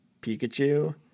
Pikachu